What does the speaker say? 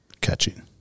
catching